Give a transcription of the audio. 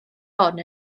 hon